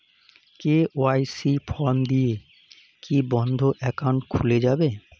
KYC form দিয়ে কি বন্ধ একাউন্ট খুলে যাবে?